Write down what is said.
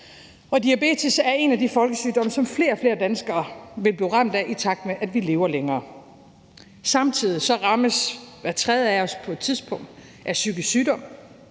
diabetes er en af de folkesygdomme, som flere og flere danskere vil blive ramt af, i takt med at vi lever længere. Samtidig rammes hver tredje af os på et tidspunkt af psykisk sygdom,